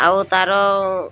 ଆଉ ତା'ର